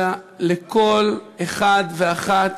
אלא למען כל אחד ואחת